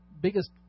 biggest